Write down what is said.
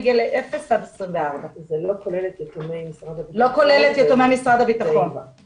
זה מגיל אפס עד גיל 24. לא כולל את יתומי משרד הביטחון ואיבה.